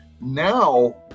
now